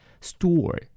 Store